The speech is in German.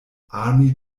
army